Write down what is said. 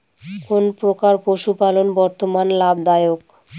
কোন প্রকার পশুপালন বর্তমান লাভ দায়ক?